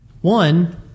One